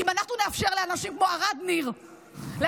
אם אנחנו נאפשר לאנשים כמו ערד ניר לפגוע